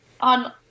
on